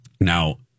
now